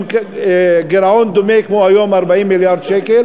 עם גירעון דומה כמו היום, 40 מיליארד שקל,